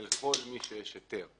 אלא על כל מי שיש היתר.